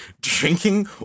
drinking